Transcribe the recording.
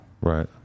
Right